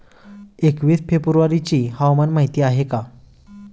एकवीस फेब्रुवारीची हवामान माहिती आहे का?